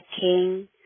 King